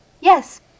Yes